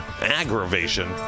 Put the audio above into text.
Aggravation